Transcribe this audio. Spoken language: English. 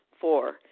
Four